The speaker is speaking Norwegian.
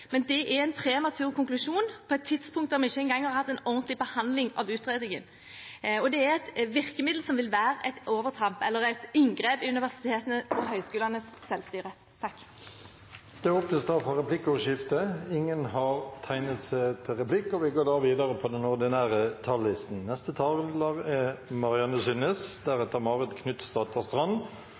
men det er en prematur konklusjon, på et tidspunkt der vi ikke engang har hatt en ordentlig behandling av utredningen. Det er et virkemiddel som vil være et overtramp eller et inngrep i universitetenes og høyskolenes selvstyre. De talere som heretter får ordet, har også en taletid på inntil 3 minutter. Jeg er glad for at komiteen står samlet om å styrke studentenes rettigheter, men jeg noterer meg at komiteen er